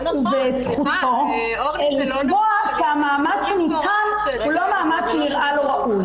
וזכותו לקבוע שהמעמד שניתן הוא לא מעמד שנראה לו ראוי,